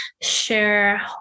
share